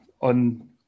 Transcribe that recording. On